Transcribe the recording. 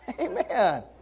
Amen